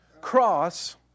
cross